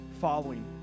following